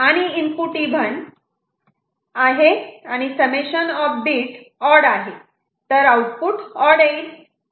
आणि input even आहे आणि समेशन ऑफ बीट ऑड आहे तर आउटपुट ऑड येईल